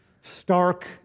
stark